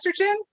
estrogen